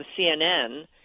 CNN